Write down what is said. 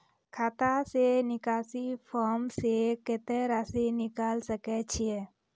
खाता से निकासी फॉर्म से कत्तेक रासि निकाल सकै छिये?